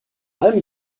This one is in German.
allem